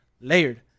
layered